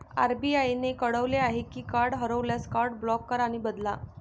RBI ने कळवले आहे की कार्ड हरवल्यास, कार्ड ब्लॉक करा आणि बदला